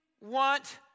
want